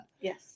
Yes